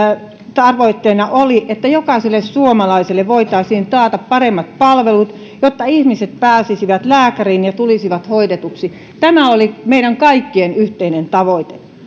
tavoitteena oli että jokaiselle suomalaiselle voitaisiin taata paremmat palvelut jotta ihmiset pääsisivät lääkäriin ja tulisivat hoidetuiksi tämä oli meidän kaikkien yhteinen tavoite